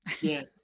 Yes